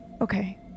Okay